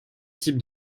type